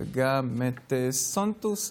גברתי המזכירה.